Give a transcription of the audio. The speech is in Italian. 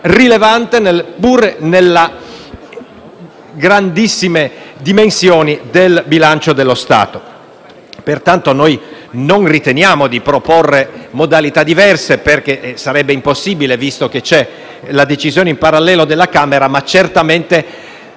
rilevante, pur nelle grandissime dimensioni del bilancio dello Stato. Pertanto, noi non riteniamo di proporre modalità diverse, che sarebbero impossibili, visto che c'è la decisione in parallelo della Camera, ma certamente